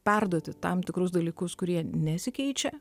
perduoti tam tikrus dalykus kurie nesikeičia